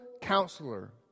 counselor